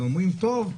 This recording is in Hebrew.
ואומרים: טוב,